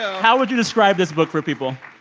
how would you describe this book for people?